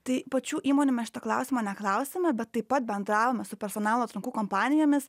tai pačių įmonių mes šito klausimo neklausėme bet taip pat bendravome su personalo atrankų kompanijomis